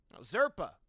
Zerpa